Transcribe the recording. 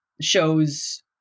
shows